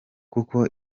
kuko